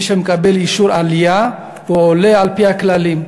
מי שמקבל אישור עלייה הוא עולה על-פי הכללים.